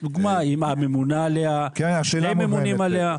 דוגמה, עם הממונה עליה, שני ממונים עליה?